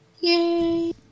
Yay